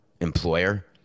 employer